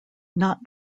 not